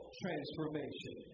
transformation